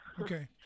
Okay